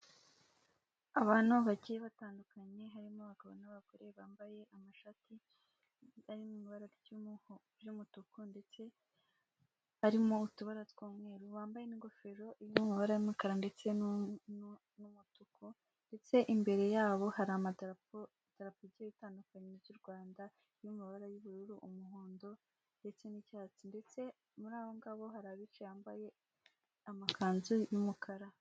Abantu bagiye batandukanye harimo abagabo n'abagore bambaye amashati arimo ibara ry'umutuku ndetse harimo utubara tw'umweru wambaye n'ingofero irimo amabara y'umukara ndetse n'umutuku ndetse imbere yabo hari amadapo agiye atandukanye ry,urwanda n'amabara y'ubururu umuhondo ndetse n'icyatsi ndetse murabo ngabo harabicaye bambaye amakanzu y'umukara,